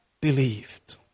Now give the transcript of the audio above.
believed